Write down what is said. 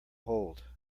hold